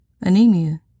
anemia